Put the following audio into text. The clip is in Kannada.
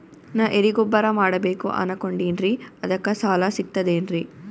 ನಾ ಎರಿಗೊಬ್ಬರ ಮಾಡಬೇಕು ಅನಕೊಂಡಿನ್ರಿ ಅದಕ ಸಾಲಾ ಸಿಗ್ತದೇನ್ರಿ?